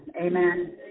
Amen